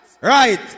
Right